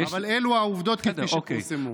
אבל אלו העובדות כפי שפורסמו.